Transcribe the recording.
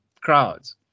crowds